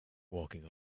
walking